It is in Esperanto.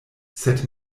sed